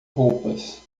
roupas